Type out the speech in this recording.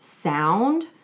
sound